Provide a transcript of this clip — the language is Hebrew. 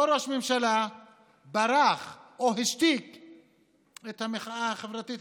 אותו ראש ממשלה ברח או השתיק את המחאה החברתית.